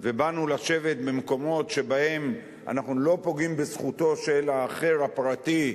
ובאנו לשבת במקומות שבהם אנחנו לא פוגעים בזכותו של האחר הפרטי,